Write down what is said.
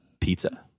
Pizza